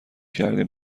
کردیم